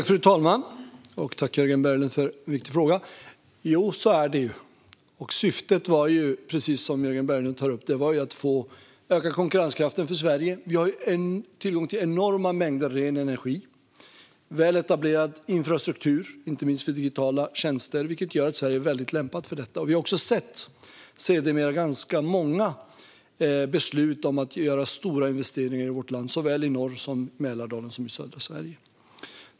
Fru talman! Tack, Jörgen Berglund, för en viktig fråga! Det är som Jörgen Berglund säger, och syftet var alltså just att öka konkurrenskraften för Sverige. Vi har tillgång till enorma mängder ren energi och väl etablerad infrastruktur inte minst för digitala tjänster, vilket gör att Sverige är väl lämpat för detta. Vi har sedermera också sett ganska många beslut om att göra stora investeringar i vårt land, såväl i norr som i Mälardalen och i södra Sverige.